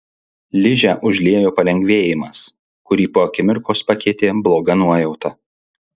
ližę užliejo palengvėjimas kurį po akimirkos pakeitė bloga nuojauta